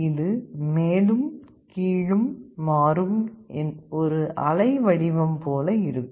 இது மேலும் கீழும் மாறும் ஒரு அலைவடிவம் போல இருக்கும்